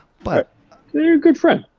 but you're a good friend.